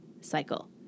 cycle